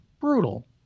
brutal